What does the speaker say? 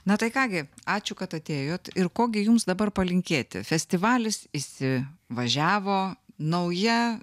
na tai ką gi ačiū kad atėjot ir ko gi jums dabar palinkėti festivalis įsi važiavo nauja